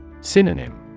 Synonym